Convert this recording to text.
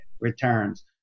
returns